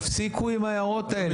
תפסיקו עם ההערות האלו.